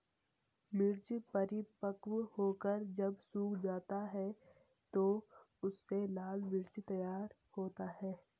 मिर्च परिपक्व होकर जब सूख जाता है तो उससे लाल मिर्च तैयार होता है